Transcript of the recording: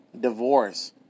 divorce